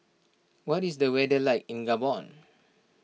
what is the weather like in Gabon